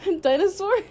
Dinosaur